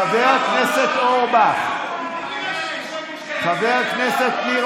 חבר הכנסת אורבך, חבר הכנסת ניר